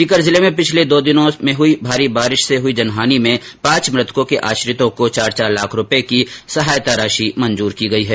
सीकर जिले में पिछर्ल देर्दो दिनों में हुई भारी बारिश से हुई जनहानि में पांच मृतकों के आश्रितों को चार चार लाख रूपये की सहायता राशि मंजूर की गई है